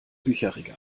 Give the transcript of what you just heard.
bücherregal